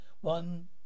One